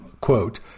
quote